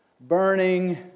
burning